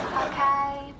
okay